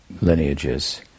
Lineages